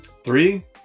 Three